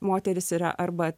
moterys yra arba